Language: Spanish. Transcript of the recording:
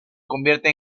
convierte